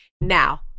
Now